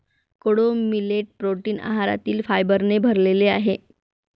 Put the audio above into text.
कोडो millet protein आहारातील फायबरने भरलेले आहे